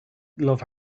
love